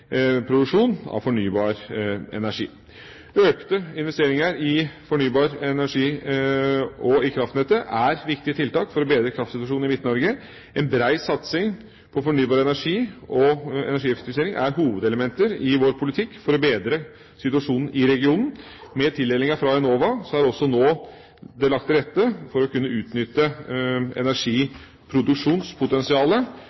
produksjon av fornybar energi. Økte investeringer i fornybar energi og i kraftnettet er viktige tiltak for å bedre kraftsituasjonen i Midt-Norge. En bred satsing på fornybar energi og energieffektivisering er hovedelementer i vår politikk for å bedre situasjonen i regionen. Med tildelingen fra Enova er det nå lagt til rette for at vi skal kunne utnytte